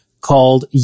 called